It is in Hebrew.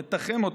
מתחם אותו,